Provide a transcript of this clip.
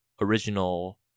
original